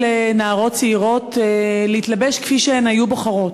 נערות צעירות להתלבש כפי שהן היו בוחרות.